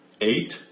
eight